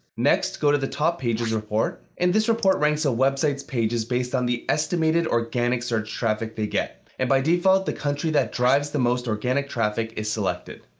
next, go to the top pages report. and this report ranks a website's pages based on the estimated organic search traffic they get. and by default, the country that drives the most organic traffic is selected.